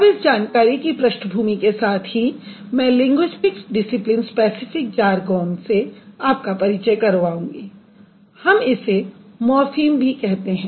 अब इस जानकारी की पृष्ठभूमि के साथ ही मैं लिंगुइस्टिक्स डिसिप्लिन स्पैसिफिक जारगॉन से आपका परिचय करवाऊँगी हम इसे मॉर्फ़िम भी कहते हैं